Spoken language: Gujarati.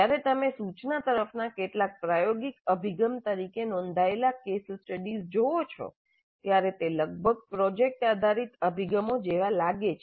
જ્યારે તમે સૂચના તરફના કેટલાક પ્રાયોગિક અભિગમ તરીકે નોંધાયેલા કેસ સ્ટડીઝ જુઓ છો ત્યારે તે લગભગ પ્રોજેક્ટ આધારિત અભિગમો જેવા લાગે છે